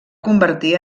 convertir